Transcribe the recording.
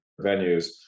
venues